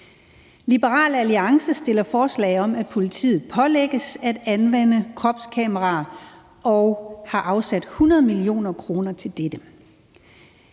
Liberal Alliance har fremsat et forslag om, at politiet pålægges at anvende kropskameraer og har afsat 100 mio. kr. til dette.